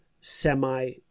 semi